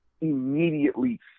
immediately